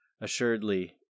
assuredly